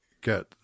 get